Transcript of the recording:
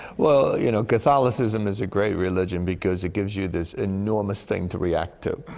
well, you know, catholicism is a great religion, because it gives you this enormous thing to react to.